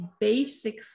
basic